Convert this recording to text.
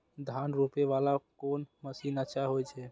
धान रोपे वाला कोन मशीन अच्छा होय छे?